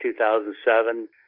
2007